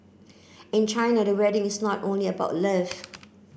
in China the wedding is not only about love